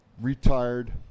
retired